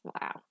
wow